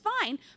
fine